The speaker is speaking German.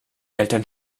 eltern